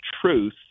truth